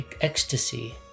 ecstasy